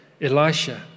Elisha